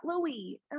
Louie